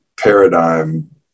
Paradigm